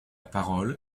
parole